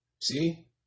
See